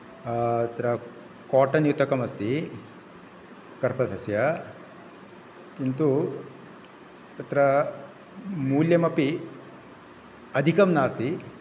अत्र काटन् युतकमस्ति कर्पसस्य किन्तु तत्र मूल्यम् अपि अधिकं नास्ति